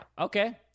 okay